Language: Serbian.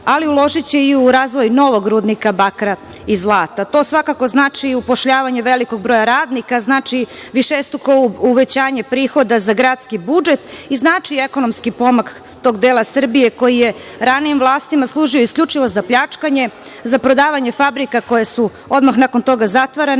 ali uložiće i u razvoj novog rudnika bakra i zlata. To svakako znači upošljavanje velikog broja radnika, znači višestruko uvećanje prihoda za gradski budžet i znači ekonomski pomak tog dela Srbije koji je ranijim vlastima služio isključivo za pljačkanje, za prodavanje fabrika koje su odmah nakon toga zatvarane